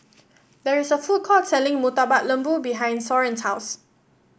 there is a food court selling Murtabak Lembu behind Soren's house